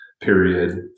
period